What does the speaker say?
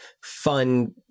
fun